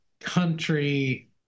country